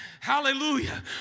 Hallelujah